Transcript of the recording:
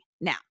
Now